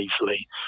easily